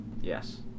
Yes